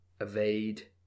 evade